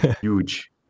huge